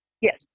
Yes